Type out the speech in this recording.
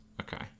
Okay